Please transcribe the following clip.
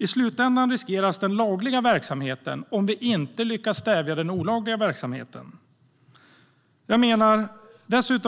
I slutändan riskeras den lagliga verksamheten om vi inte lyckas stävja den olagliga verksamheten. Herr